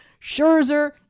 Scherzer